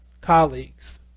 colleagues